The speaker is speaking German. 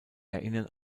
erinnern